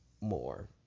more